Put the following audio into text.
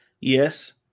Yes